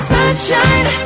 Sunshine